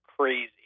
crazy